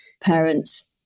parents